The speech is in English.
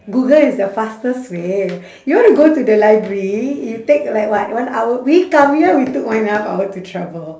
google is the fastest way you want to go to the library you take like what one hour we come here we took one and a half hour to travel